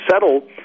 settle